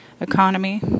economy